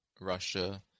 Russia